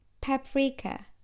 Paprika